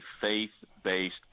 faith-based